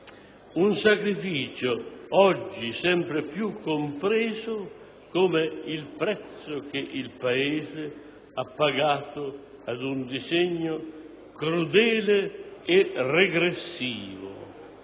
un sacrificio oggi sempre più compreso come il prezzo che il Paese ha pagato ad un disegno crudele e regressivo,